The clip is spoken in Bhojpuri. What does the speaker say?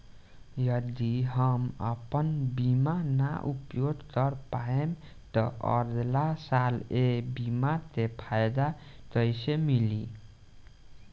यदि हम आपन बीमा ना उपयोग कर पाएम त अगलासाल ए बीमा के फाइदा कइसे मिली?